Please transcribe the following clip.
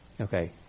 Okay